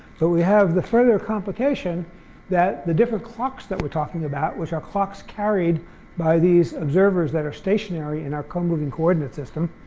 but we have the further complication that the different clocks that we're talking about, which are clocks carried by these observers that are stationary in our comoving coordinate system